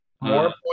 More